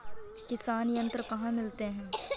किसान यंत्र कहाँ मिलते हैं?